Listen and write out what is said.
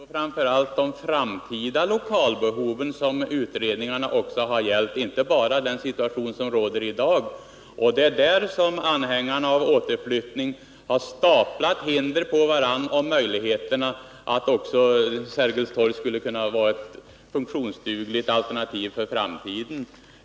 Herr talman! Det är framför allt de framtida lokalbehoven som utredningarna har behandlat, inte bara den situation som råder i dag. Det är bl.a. där som anhängarna av en återflyttning har staplat hinder på varandra för att omöjliggöra att även huset vid Sergels torg skulle kunna bli ett funktionsdugligt alternativ för framtiden.